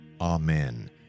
Amen